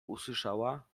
usłyszała